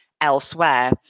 elsewhere